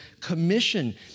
commission